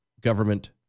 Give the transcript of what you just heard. government